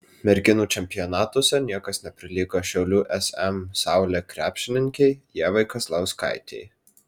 merginų čempionatuose niekas neprilygo šiaulių sm saulė krepšininkei ievai kazlauskaitei